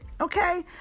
okay